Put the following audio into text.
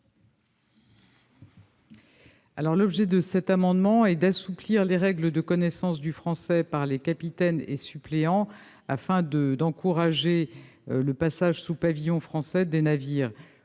ministre. Cet amendement a pour objet d'assouplir les règles de connaissance du français par les capitaines et suppléants, afin d'encourager le passage sous pavillon français des navires.